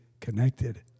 connected